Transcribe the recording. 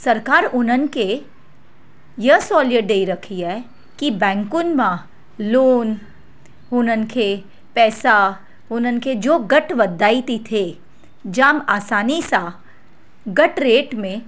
सरकारि उन्हनि खे इहा सहूलियत ॾेई रखी आहे की बैंकुनि मां लोन उन्हनि खे पैसा उन्हनि खे जो घटि वधाई थी थिए जाम आसानी सा घटि रेट में